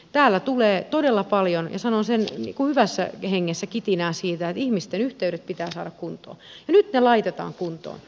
täällä tulee todella paljon ja sanon sen hyvässä hengessä kitinää siitä että ihmisten yhteydet pitää saada kuntoon ja nyt ne laitetaan kuntoon